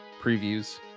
previews